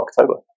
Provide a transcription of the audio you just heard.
October